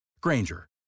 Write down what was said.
Granger